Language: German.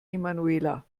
emanuela